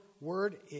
word